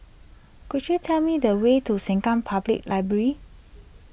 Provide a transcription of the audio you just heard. could you tell me the way to Sengkang Public Library